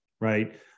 right